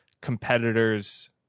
competitors